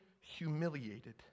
humiliated